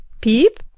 Peep